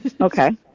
Okay